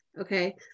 okay